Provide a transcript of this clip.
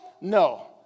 No